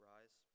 Rise